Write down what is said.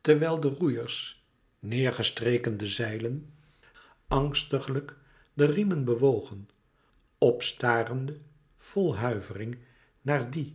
terwijl de roeiers neêr gestreken de zeilen angstiglijk de riemen bewogen op starende vol huivering naar die